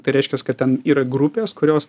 tai reiškias kad ten yra grupės kurios